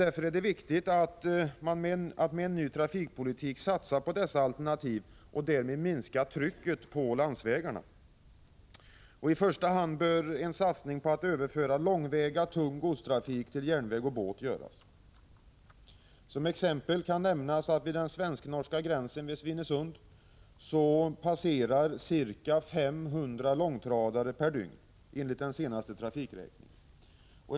Därför är det viktigt att med en ny trafikpolitik satsa på dessa alternativ och därmed minska trycket på landsvägarna. I första hand bör en satsning på att överföra långväga tung godstrafik till järnväg och båt göras. Som exempel kan nämnas att vid den svensk-norska gränsen vid Svinesund passerar ca 500 långtradare per dygn enligt den senaste trafikräkningen.